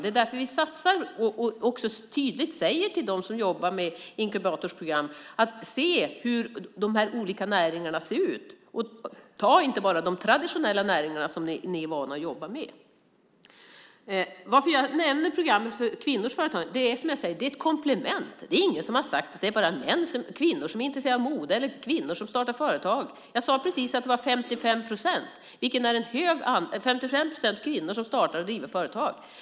Det är därför vi satsar och tydligt säger till dem som jobbar med inkubatorprogram att se hur de här olika näringarna ser ut: Ta inte bara de traditionella näringarna som ni är vana att jobba med! Programmet för kvinnors företagande är ett komplement. Det är ingen som har sagt att det bara är kvinnor som är intresserade av mode eller bara kvinnor som startar företag. Jag sade precis att det är 55 procent kvinnor som startar och driver företag.